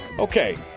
Okay